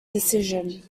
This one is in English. decision